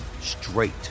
straight